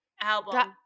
album